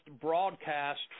broadcast